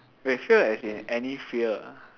wait fear as in any fear ah